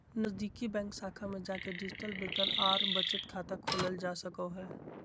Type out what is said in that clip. नजीदीकि बैंक शाखा में जाके डिजिटल वेतन आर बचत खाता खोलल जा सको हय